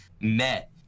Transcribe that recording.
met